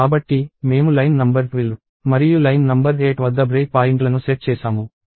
కాబట్టి మేము line number 12 మరియు లైన్ నంబర్ 8 వద్ద బ్రేక్ పాయింట్లను సెట్ చేసాము